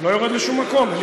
אני לא יורד לשום מקום.